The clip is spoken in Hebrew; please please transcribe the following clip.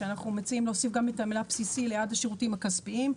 שאנחנו מציעים להוסיף גם את המילה "בסיסי" ליד השירותים הכספיים.